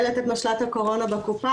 הקורונה בקופה.